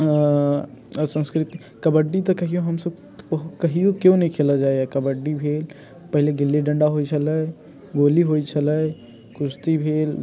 सन्स्कृति कबड्डी तऽ कहियो हमसभ बऽ कहियो केओ नहि खेलऽ जाइए कबड्डी भेल पहिले गिल्ली डण्डा होइत छलै गोली होइत छलै कुस्ती भेल